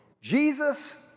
Jesus